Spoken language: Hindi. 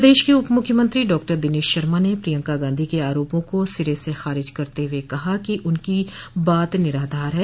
प्रदेश के उप मुख्यमंत्री डॉक्टर दिनेश शर्मा ने पियंका गांधी के आरोपों को सिरे से खारिज करते हुए कहा कि उनकी बात निराधार है